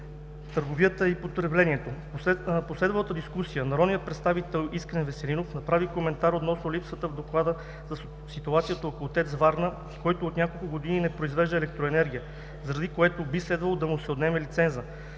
търговия и потребление. В последвалата дискусия народният представител Искрен Веселинов направи коментар относно липсата в доклада за ситуацията около ТЕЦ Варна, който от няколко години не произвежда електроенергия, заради което би следвало да му се отнеме лицензът,